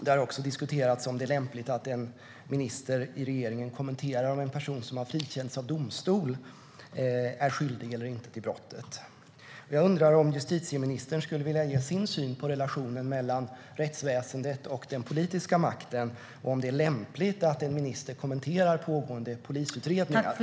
Det har också diskuterats om det är lämpligt att en minister i regeringen kommenterar om huruvida en person som har frikänts av domstol är skyldig till ett brott eller inte. Jag undrar om justitieministern skulle vilja ge sin syn på relationen mellan rättsväsendet och den politiska makten och på om det är lämpligt att en minister kommenterar pågående polisutredningar.